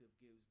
gives